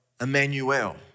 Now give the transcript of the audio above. Emmanuel